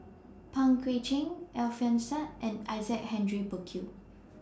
Pang Guek Cheng Alfian Sa'at and Isaac Henry Burkill